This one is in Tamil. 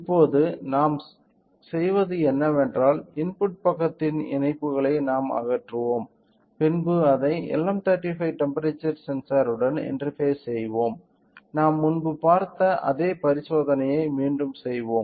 இப்போது நாம் செய்வது என்னவென்றால் இன்புட் பக்கத்தின் இணைப்புகளை நாம் அகற்றுவோம் பின்பு அதை LM35 டெம்ப்பெரேச்சர் சென்சாருடன் இன்டெர்பாஸ் செய்வோம் நாம் முன்பு பார்த்த அதே பரிசோதனையைச் மீண்டும் செய்வோம்